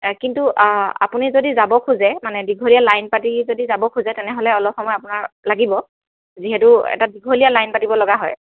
কিন্তু আপুনি যদি যাব খোজে দীঘলীয়া লাইন পাতি যাব খোজে তেনেহ'লে অলপ সময় আপোনাৰ লাগিব যিহেতু এটা দীঘলীয়া লাইন পাতিব লগা হয়